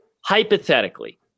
hypothetically